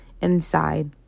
inside